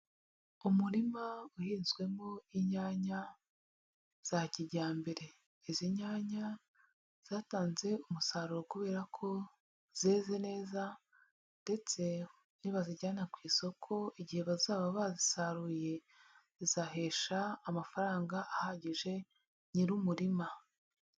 Umurima uhinzwemo inyanya za kijyambere. Izi nyanya zatanze umusaruro kubera ko zeze neza, ndetse nibazijyana ku isoko igihe bazaba bazisaruye, zizahesha amafaranga ahagije nyir'umurima.